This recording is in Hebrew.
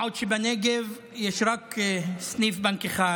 מה עוד שבנגב יש רק סניף בנק אחד,